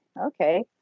okay